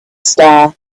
star